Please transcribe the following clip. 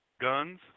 Guns